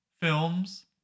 films